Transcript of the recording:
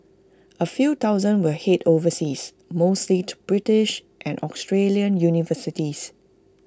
A few thousand will Head overseas mostly to British and Australian universities